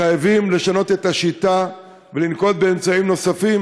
חייבים לשנות את השיטה ולנקוט אמצעים נוספים